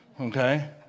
Okay